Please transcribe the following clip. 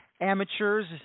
amateurs